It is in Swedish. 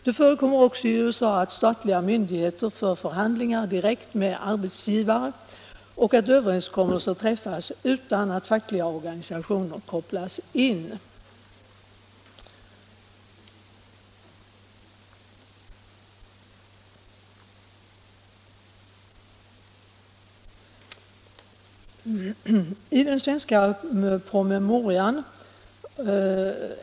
Det förekommer också i USA att statliga myndigheter för förhandlingar direkt med arbetsgivare och att överenskommelser träffas utan att de fackliga organisationerna kopplas in.